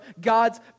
God's